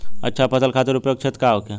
अच्छा फसल खातिर उपयुक्त क्षेत्र का होखे?